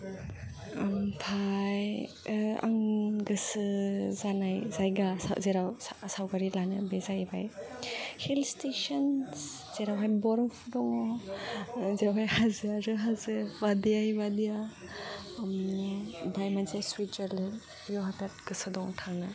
आमफ्राय आं गोसो जानाय जायगा जेराव सावगारि लानो बे जाहैबाय हिल स्टेशन्स जेरावहाय बर्फ दङ जेराव हजो आरो हाजो वादिया हि वादिया आमफ्राय मोनसे स्विटजारलेण्ड बेयाव बेराद गोसो दं थांनो